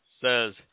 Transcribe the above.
says